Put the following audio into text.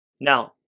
Now